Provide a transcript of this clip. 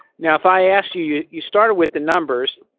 now if i asked you, you you started with the numbers,